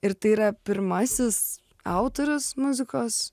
ir tai yra pirmasis autorius muzikos